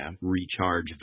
recharge